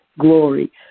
glory